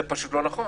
זה פשוט לא נכון.